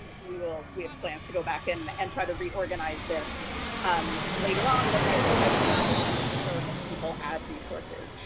we will we have plans to go back and and try to reorganize this later on, but right for right now i'm is just growing as people as resources.